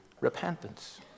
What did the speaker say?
repentance